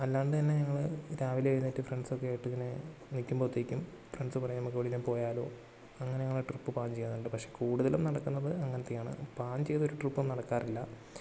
അല്ലാണ്ട് തന്നെ ഞങ്ങൾ രാവിലെ എഴുന്നേറ്റ് ഫ്രണ്ട്സ് ഒക്കെ ആയിട്ടിങ്ങനെ നിക്കുമ്പോത്തേക്കും ഫ്രണ്ട്സ് പറയും നമുക്ക് എവിടെയെങ്കിലും പോയാലോ അങ്ങനെ ഞങ്ങൾ ട്രിപ്പ് പ്ലാൻ ചെയ്യാറുണ്ട് പക്ഷെ കൂടുതലും നടക്കുന്നത് അങ്ങനെത്തെയാണ് പ്ലാൻ ചെയ്ത് ഒരു ട്രിപ്പും നടക്കാറില്ല